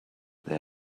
there